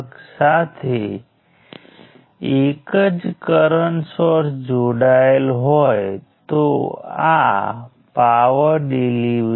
હવે જો મારી પાસે કોઈ વધુ બ્રાન્ચીઝ હોય જે દાખલા તરીકે અહીં છે તો મેં 1 6 અને 7 બ્રાન્ચીઝ લીધી છે